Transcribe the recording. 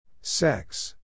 Sex